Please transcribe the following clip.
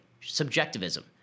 Subjectivism